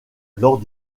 lors